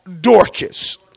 Dorcas